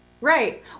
Right